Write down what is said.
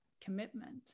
commitment